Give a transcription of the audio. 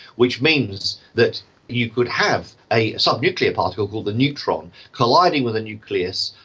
which means that you could have a sub-nuclear particle called the neutron colliding with a nucleus,